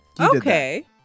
Okay